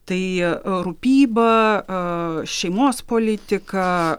tai rūpyba a šeimos politika